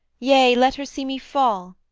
yea, let her see me fall!